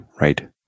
Right